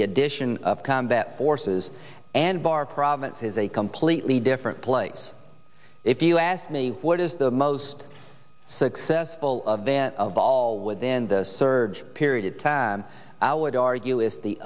the addition of combat forces and bar province is a completely different place if you ask me what is the most successful of than of all within the surge period of time i would argue is the